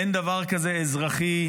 אין דבר כזה אזרחי.